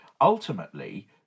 ultimately